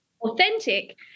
Authentic